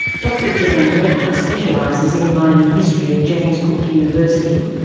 dr jan wegner specialises in mining history at james cook university.